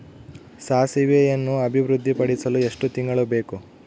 ಸಾಸಿವೆಯನ್ನು ಅಭಿವೃದ್ಧಿಪಡಿಸಲು ಎಷ್ಟು ತಿಂಗಳು ಬೇಕು?